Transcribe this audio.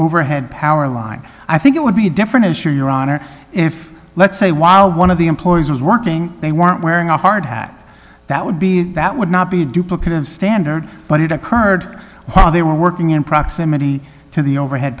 overhead power line i think it would be a different issue your honor if let's say while one of the employees was working they weren't wearing a hard hat that would be that would not be duplicative standard but it occurred while they were working in proximity to the overhead